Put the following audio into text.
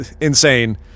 insane